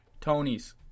Tony's